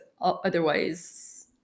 otherwise